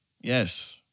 Yes